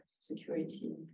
security